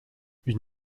une